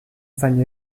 zain